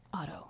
auto